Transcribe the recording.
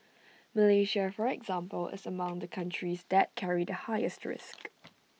Malaysia for example is among the countries that carry the highest risk